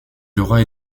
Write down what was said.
aurait